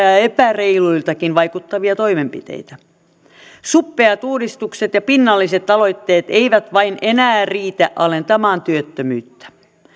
ja ja epäreiluiltakin vaikuttavia toimenpiteitä suppeat uudistukset ja pinnalliset aloitteet eivät vain enää riitä alentamaan työttömyyttä